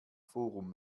forum